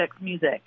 music